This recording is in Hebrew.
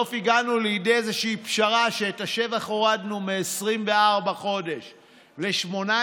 בסוף הגענו לידי איזושהי פשרה שאת השבח הורדנו מ-24 חודשים ל-18,